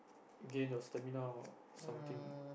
gain your stamina or something